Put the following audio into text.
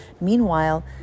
Meanwhile